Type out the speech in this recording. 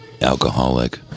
alcoholic